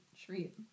treat